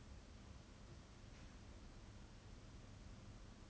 eventually like you have to pay them back like not necessarily but